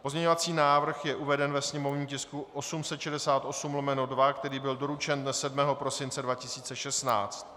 Pozměňovací návrh je uveden ve sněmovním tisku 868/2, který byl doručen dne 7. prosince 2016.